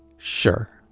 sure.